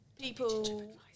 people